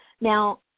Now